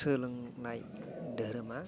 सोलोंनाय दोहोरोमा